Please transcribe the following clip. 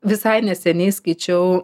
visai neseniai skaičiau